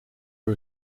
are